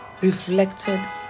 reflected